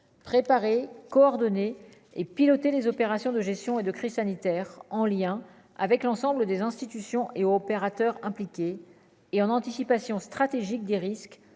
préparer, coordonner et piloter les opérations de gestion et de Cristiani terre en lien avec l'ensemble des institutions et opérateurs impliqués et en anticipation stratégique des risques